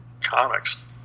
comics